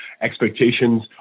expectations